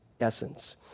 essence